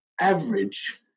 average